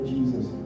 Jesus